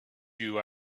you